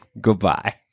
Goodbye